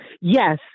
Yes